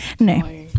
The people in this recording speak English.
No